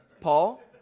Paul